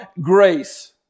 grace